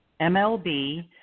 MLB